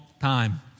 time